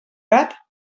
gat